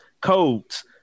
codes